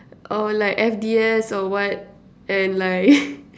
or like F_D_S or what and like